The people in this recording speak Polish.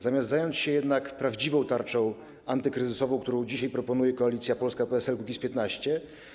Zamiast zająć się jednak prawdziwą tarczą antykryzysową, którą dzisiaj proponuje Koalicja Polska - PSL - Kukiz15,